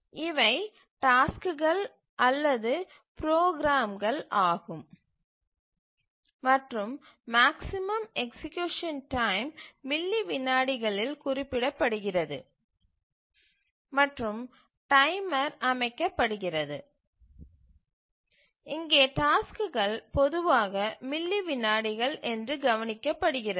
இவை டாஸ்க்குகள் அல்லது ப்ரோக்ராம்கள் ஆகும் மற்றும் மேக்ஸிமம் எக்சீக்யூசன் டைம் மில்லி விநாடிகளில் குறிப்பிடப்படுகிறது மற்றும் டைமர் அமைக்கப்படுகிறது மற்றும் இங்கே டாஸ்க்குகள் பொதுவாக மில்லி விநாடிகள் என்று கவனிக்கப்படுகிறது